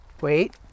wait